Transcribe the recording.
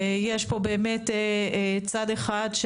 יש פה באמת צד אחד,